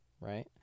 right